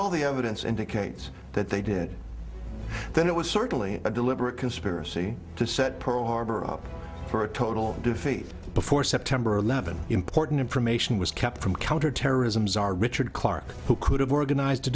all the evidence indicates that they did then it was certainly a deliberate conspiracy to set pearl harbor up for a total defeat before september eleventh important information was kept from counterterrorism czar richard clarke who could have organized t